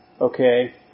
okay